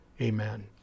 Amen